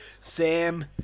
Sam